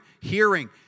hearing